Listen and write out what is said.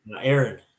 Aaron